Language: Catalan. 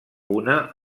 una